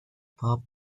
paw